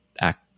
act